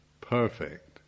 perfect